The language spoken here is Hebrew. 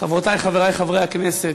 חברותי וחברי חברי הכנסת,